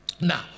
Now